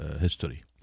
history